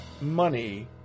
money